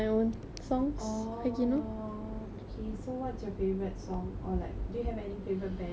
oh okay so what's your favourite song or like do you have any favourite band or song